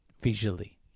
visually